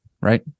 right